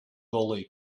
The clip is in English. gully